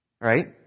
right